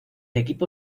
equipo